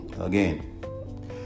again